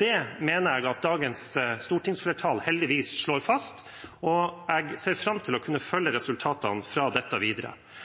Det mener jeg dagens stortingsflertall heldigvis slår fast, og jeg ser fram til å kunne følge resultatene av dette videre.